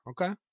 okay